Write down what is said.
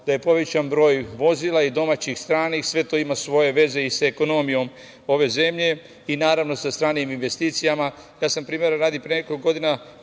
da je povećan broj vozila i domaćih i stranih. Sve to ima svoje veze i sa ekonomijom ove zemlje i naravno sa stranim investicijama. Ja sam primera radi pre nekoliko godina